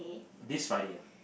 this Friday ah